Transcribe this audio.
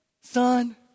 son